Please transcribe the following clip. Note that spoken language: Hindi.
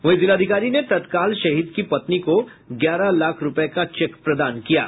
वहीं जिलाधिकारी ने तत्काल शहीद की पत्नी को ग्यारह लाख रुपए का चेक प्रदान किया है